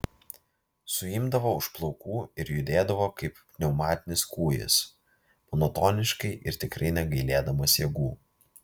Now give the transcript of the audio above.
suimdavo už plaukų ir judėdavo kaip pneumatinis kūjis monotoniškai ir tikrai negailėdamas jėgų